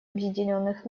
объединенных